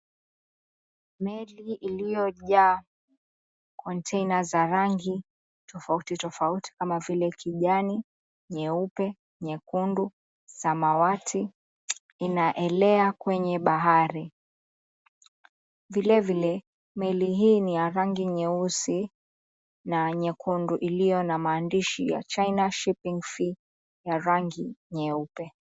Meli iliojaa container za rangi tofauti tofauti kama vile kijani, nyeupe, nyekundu, samawati inaelea kwenye bahari. Vilevile meli hii ni ya rangi nyeusi na nyekundu ilio na maandishi ya CHINA SHIPPING LINE ya rangi nyeupe.